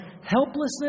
helplessness